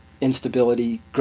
instability